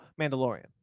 Mandalorian